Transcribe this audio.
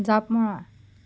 জাঁপ মৰা